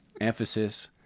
Emphasis